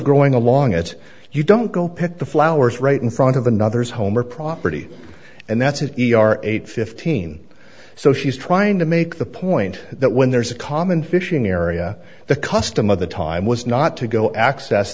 growing along it you don't go pick the flowers right in front of another's home or property and that's it e r eight fifteen so she's trying to make the point that when there's a common fishing area the custom of the time was not to go access